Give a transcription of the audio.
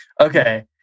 Okay